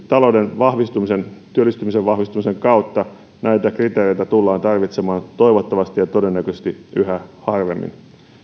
talouden vahvistumisen ja työllistymisen vahvistumisen kautta näitä kriteereitä tullaan tarvitsemaan toivottavasti ja todennäköisesti yhä harvemmin